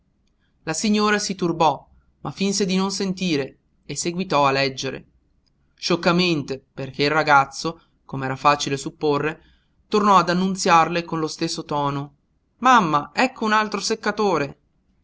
la signora si turbò ma finse di non sentire e seguitò a leggere scioccamente perché il ragazzo com'era facile supporre tornò ad annunziarle con lo stesso tono mamma ecco un altro seccatore